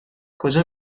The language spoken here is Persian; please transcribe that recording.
کجا